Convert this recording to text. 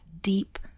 deep